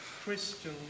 Christian